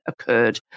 occurred